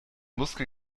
muskel